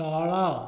ତଳ